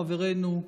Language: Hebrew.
חברנו,